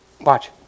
Watch